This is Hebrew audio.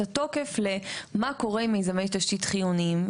התוקף למה קורה עם מיזמי תשתית חיוניים.